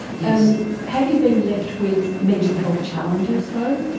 yeah have you been left with mental health challenges though?